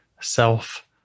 self